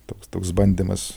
toks toks bandymas